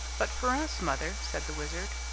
but for us, mother, said the wizard,